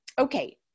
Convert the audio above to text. okay